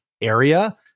area